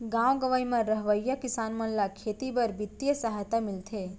गॉव गँवई म रहवइया किसान मन ल खेती बर बित्तीय सहायता मिलथे